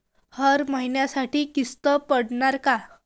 हर महिन्यासाठी किस्त पडनार का?